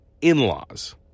in-laws